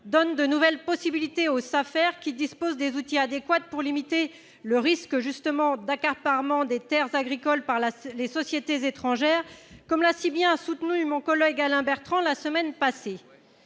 foncier et d'établissement rural, les SAFER, qui disposent des outils adéquats pour limiter le risque d'accaparement des terres agricoles par des sociétés étrangères, comme l'a si bien souligné mon collègue Alain Bertrand la semaine passée.